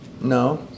No